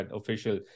official